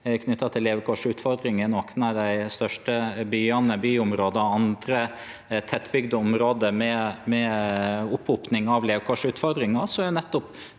inngår om levekårsutfordringar i nokre av dei største byane. I byområde og andre tettbygde område med opphoping av levekårsutfordringar er nettopp